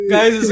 Guys